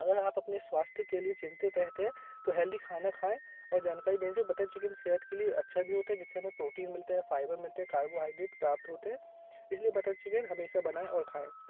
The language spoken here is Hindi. अगर आप अपने स्वास्थ्य के लिए चिंतित रहते हैं तो हेल्दी खाना खाएं और जानकारी दें जो बटर चिकेन सेहत के लिए अच्छा भी होता है जिससे हमें प्रोटीन मिलते है फाइबर मिलते कार्बोहाइड्रेट प्राप्त होते हैं इसलिए बटर चिकेन हमेशा बनाएं और खाएं